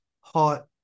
hot